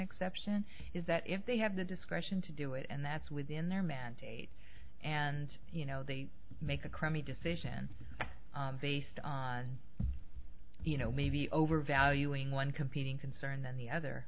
exception is that if they have the discretion to do it and that's within their mandate and you know they make a crummy decision based on you know maybe overvaluing one competing concern then the other